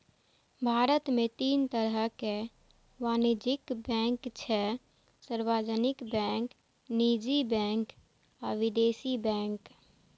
भारत मे तीन तरहक वाणिज्यिक बैंक छै, सार्वजनिक बैंक, निजी बैंक आ विदेशी बैंक